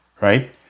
right